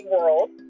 world